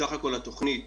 בסך הכול, התוכנית